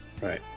Right